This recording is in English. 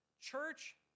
Church